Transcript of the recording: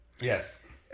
Yes